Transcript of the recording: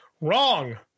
Wrong